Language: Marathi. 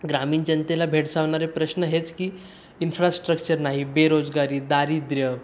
ग्रामीण जनतेला भेडसावणारे प्रश्न हेच की इन्फ्रास्ट्रक्चर नाही बेरोजगारी दारिद्र्य